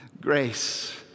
grace